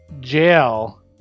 jail